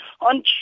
On